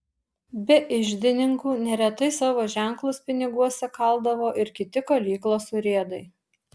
be iždininkų neretai savo ženklus piniguose kaldavo ir kiti kalyklos urėdai